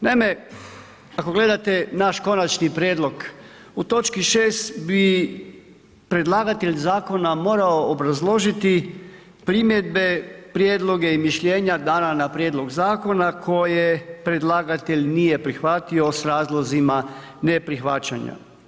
Naime, ako gledate naš konačni prijedlog, u točki 6 bi predlagatelj zakona morao obrazložiti primjedbe, prijedloge i mišljenja dana na prijedlog zakona koje predlagatelj nije prihvatio sa razlozima neprihvaćanja.